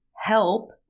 help